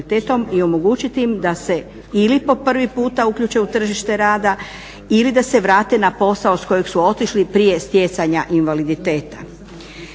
i omogućiti im da se ili po prvi puta uključe u tržište rada ili da se vrate na posao s kojeg su otišli prije stjecanja invaliditeta.